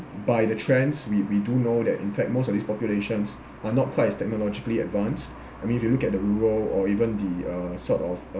by the trends we we do know that in fact most of these populations are not quite as technologically advanced I mean if you look at the rural or even the uh sort of